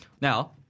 Now